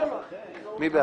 מי נגד?